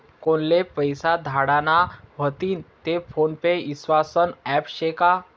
कोनले पैसा धाडना व्हतीन ते फोन पे ईस्वासनं ॲप शे का?